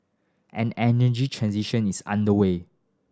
an energy transition is underway